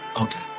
Okay